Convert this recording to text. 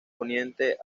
poniente